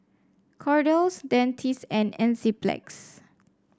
Kordel's Dentiste and Enzyplex